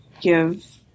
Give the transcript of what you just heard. give